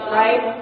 right